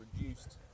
reduced